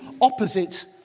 opposite